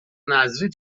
نذری